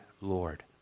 Lord